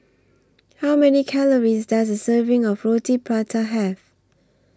How Many Calories Does A Serving of Roti Prata Have